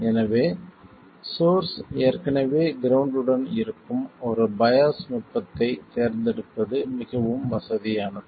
எனவே சோர்ஸ் ஏற்கனவே கிரௌண்ட் உடன் இருக்கும் ஒரு பையாஸ் நுட்பத்தைத் தேர்ந்தெடுப்பது மிகவும் வசதியானது